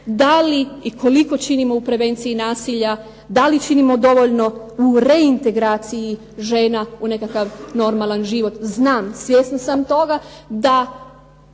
da li i koliko činimo u prevenciji nasilja? Da li činimo dovoljno u reintegraciji žena u nekakav normalan život? Znam, svjesna sam toga da